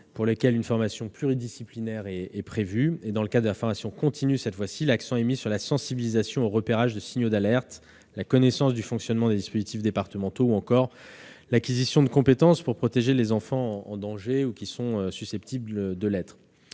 pour le personnel scolaire. Dans le cadre de la formation continue, l'accent est mis sur la sensibilisation au repérage de signaux d'alerte, la connaissance du fonctionnement des dispositifs départementaux ou encore l'acquisition de compétences pour protéger les enfants en danger ou qui sont susceptibles de l'être.